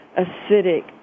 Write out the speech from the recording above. acidic